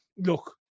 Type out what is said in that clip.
Look